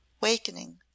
wakening